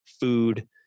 food